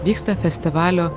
vyksta festivalio